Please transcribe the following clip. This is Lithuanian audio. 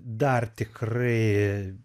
dar tikrai